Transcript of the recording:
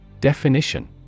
Definition